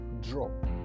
Drop